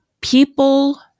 people